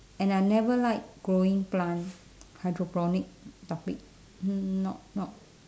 and I never like growing plant hydroponic topic mm not not